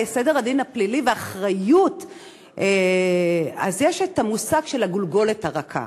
בנושא סדר הדין הפלילי והאחריות יש המושג "הגולגולת הדקה".